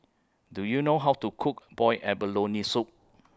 Do YOU know How to Cook boiled abalone Soup